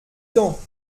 temps